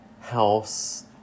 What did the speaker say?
house